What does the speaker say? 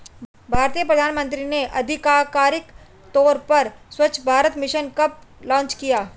भारतीय प्रधानमंत्री ने आधिकारिक तौर पर स्वच्छ भारत मिशन कब लॉन्च किया?